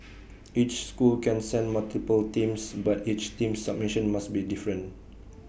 each school can send multiple teams but each team's submission must be different